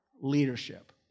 Leadership